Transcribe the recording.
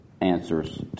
answers